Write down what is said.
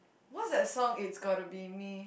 what's that song it's gotta be me